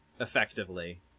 Effectively